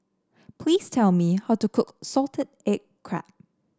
please tell me how to cook Salted Egg Crab